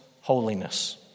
holiness